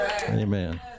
amen